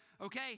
Okay